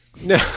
No